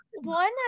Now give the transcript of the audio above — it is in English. One